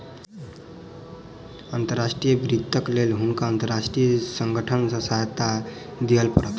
अंतर्राष्ट्रीय वित्तक लेल हुनका अंतर्राष्ट्रीय संगठन सॅ सहायता लिअ पड़ल